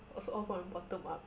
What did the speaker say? it was all from the bottom up